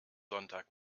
sonntag